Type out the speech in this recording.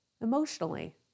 Emotionally